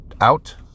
out